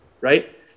Right